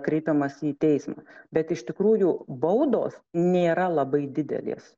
kreipiamasi į teismą bet iš tikrųjų baudos nėra labai didelės